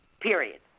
period